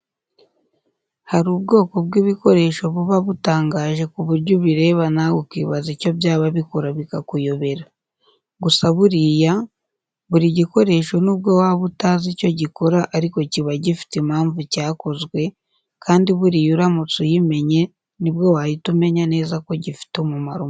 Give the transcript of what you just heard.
Hari ubwoko bw'ibikoresho buba butangaje ku buryo ubireba nawe ukibaza icyo byaba bikora bikakuyobera. Gusa buriya buri gikoresho nubwo waba utazi icyo gikora ariko kiba gifite impamvu cyakozwe kandi buriya uramutse uyimenye nibwo wahita umenya neza ko gifite umumaro munini.